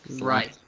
Right